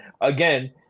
again